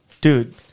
Dude